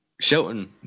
Shelton